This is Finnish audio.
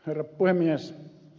herra puhemies